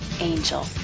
angel